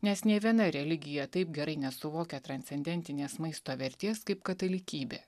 nes nė viena religija taip gerai nesuvokė transcendentinės maisto vertės kaip katalikybė